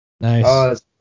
Nice